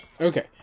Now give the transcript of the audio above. Okay